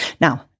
Now